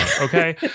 Okay